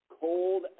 cold